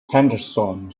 henderson